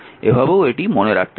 এভাবেও এটি মনে রাখতে পারেন